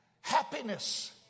happiness